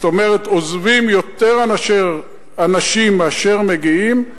זאת אומרת עוזבים יותר אנשים מאשר מגיעים,